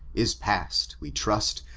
is past, we trust,